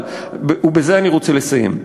אבל, ובזה אני רוצה לסיים,